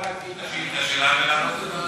אני יכול להתחיל בשאילתה שלה ולענות.